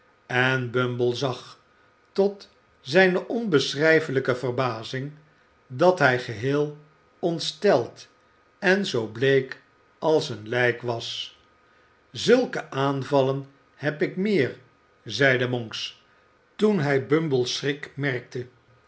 en bumble zag tot zijne onbeschrijfelijke verbazing dat hij geheel ontsteld en zoo bleek als een lijk was zulke aanvallen heb ik meer zeide monks toen hij bumble's schrik merkte